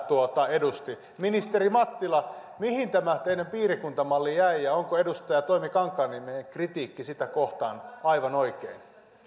edusti ministeri mattila mihin tämä teidän piirikuntamallinne jäi ja onko edustaja toimi kankaanniemen kritiikki sitä kohtaan aivan oikein